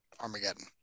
Armageddon